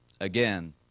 again